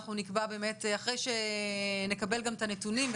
נקבע אחרי שנקבל את הנתונים,